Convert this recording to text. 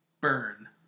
burn